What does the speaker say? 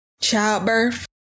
childbirth